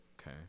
okay